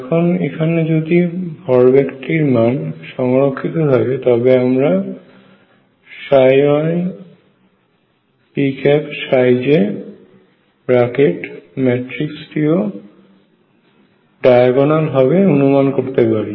এখন এখানে যদি ভরবেগটির মান সংরক্ষিত থাকে তবে আমরা ⟨ip j⟩ ম্যাট্রিক্সটি ও ডায়াগোনাল হবে অনুমান করতে পারি